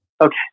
Okay